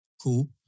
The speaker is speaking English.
Cool